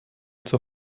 zur